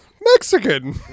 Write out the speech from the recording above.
Mexican